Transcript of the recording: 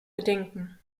bedenken